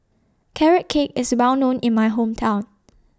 Carrot Cake IS Well known in My Hometown